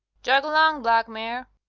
jog along, black mare.